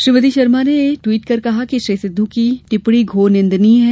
श्रीमती शर्मा ने एक ट्वीट कर कहा कि श्री सिद्ध की टिप्पणी घोर निदंनीय है